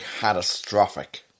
catastrophic